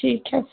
ठीक है